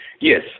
Yes